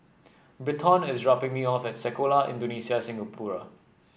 Britton is dropping me off at Sekolah Indonesia Singapura